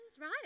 right